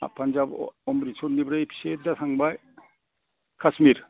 पानजाब अम्रिदसरनिफ्राय सिदा थांबाय कास्मिर